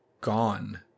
Gone